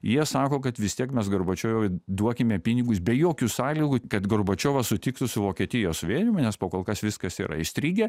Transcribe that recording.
jie sako kad vis tiek mes gorbačiovui duokime pinigus be jokių sąlygų kad gorbačiovas sutiktų su vokietijos suvienijimu nes po kol kas viskas yra įstrigę